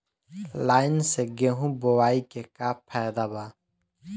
Line से गेहूं बोआई के का फायदा बा?